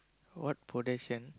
what possession